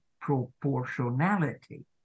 proportionality